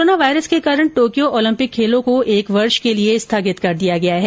corona virus के कारण Tokyo Olympic खेलों को एक वर्ष के लिये स्थगित कर दिया गया है